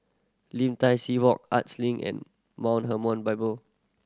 Lim Tai See Walk Arts Link and Mount Hermon Bible